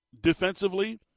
defensively